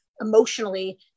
emotionally